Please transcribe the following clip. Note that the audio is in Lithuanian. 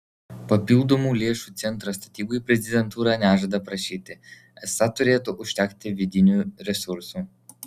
papildomų lėšų centro statybai prezidentūra nežada prašyti esą turėtų užtekti vidinių resursų